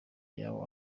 yawe